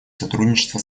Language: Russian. сотрудничества